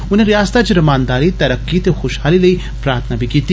उने रयासतै च रमानदारी तरक्की ते खुशहाली लेई प्रार्थना बी कीती